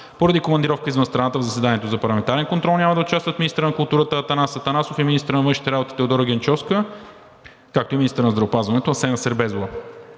поради командировка извън страната в заседанието за парламентарен контрол няма да участват: - министърът на културата Атанас Атанасов; - министърът на външните работи Теодора Генчовска; - министърът на здравеопазването Асена Сербезова.